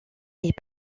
est